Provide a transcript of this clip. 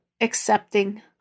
accepting